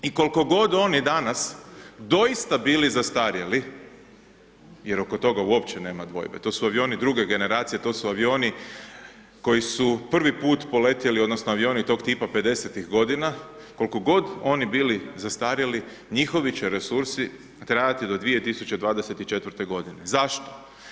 I koliko god oni danas, doista bili zastarjeli, jer oko toga uopće nema dvojbe, to su avioni druge generacije, to su avioni koji su prvi puta poletili, odnosno, avioni tog tipa '50.-tih godina, koliko god oni bili zastarjeli, njihovi će resursi trajati do 2024. g. Zašto?